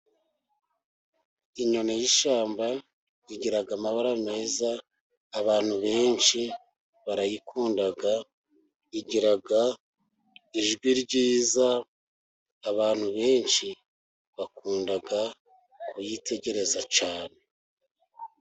Inyoni y'ishyamba igira amabara meza, abantu benshi barayikunda, igira ijwi ryiza, abantu benshi bakunda kuyitegereza cyane.